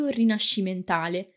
rinascimentale